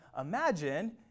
imagine